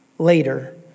later